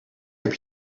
heb